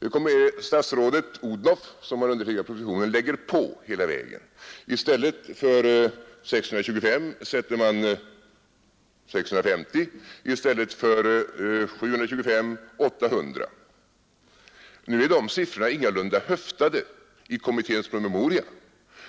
Nu kommer statsrådet Odhnoff, som har undertecknat propositionen, och lägger på hela vägen, I stället för 625 sätter man 650, i stället för 725 sätter man 800. Nu är dessa siffror ingalunda höftade i kommitténs promemoria,